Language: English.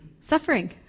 suffering